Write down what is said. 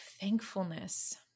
thankfulness